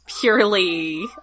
purely